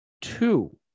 two